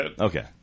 Okay